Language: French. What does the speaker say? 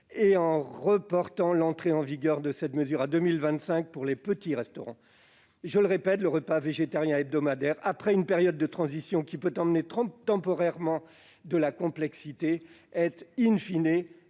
et en reportant l'entrée en vigueur de cette mesure à 2025 pour les petits restaurants. Je le répète, le repas végétarien hebdomadaire, après une période de transition qui peut induire temporairement de la complexité est,, bénéfique